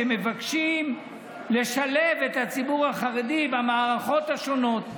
מבקשים לשלב את הציבור החרדי במערכות השונות.